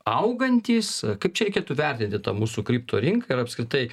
augantys kaip čia reikėtų vertinti tą mūsų kripto rinką ir apskritai